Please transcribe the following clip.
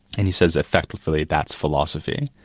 and he says, effectively, that's philosophy.